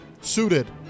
suited